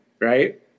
right